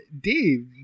Dave